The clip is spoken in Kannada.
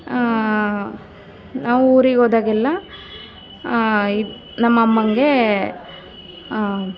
ನಾವು ಊರಿಗೆ ಹೋದಾಗೆಲ್ಲ ನಮ್ಮಮ್ಮನಿಗೆ